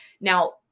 Now